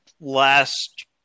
last